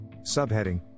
Subheading